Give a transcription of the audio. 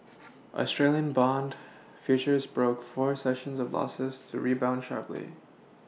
Australian bond futures broke four sessions of Losses to rebound sharply